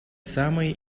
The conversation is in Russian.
самые